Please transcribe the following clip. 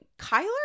Kyler